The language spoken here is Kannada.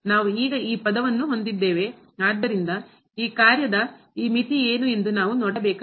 ನಾವು ಈಗ ಈ ಪದವನ್ನು ಹೊಂದಿದ್ದೇವೆ ಆದ್ದರಿಂದ ಈ ಕಾರ್ಯದ ಈ ಮಿತಿ ಏನು ಎಂದು ನಾವು ನೋಡಬೇಕಾಗಿದೆ